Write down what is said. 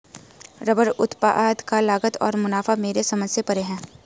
rubber उत्पाद का लागत और मुनाफा मेरे समझ से परे है